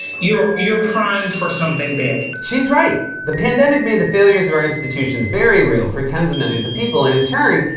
you're you're primed for something big. she's right. the pandemic made the failures of our institutions very real for tens of millions of people. and in turn,